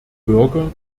bürger